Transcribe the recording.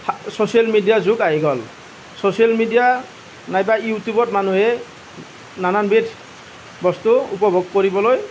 হা ছ'চিয়েল মিডিয়াৰ যুগ আহি গ'ল ছ'চিয়েল মিডিয়া নাইবা ইউটিউবত মানুহে নানান বিধ বস্তু উপভোগ কৰিবলৈ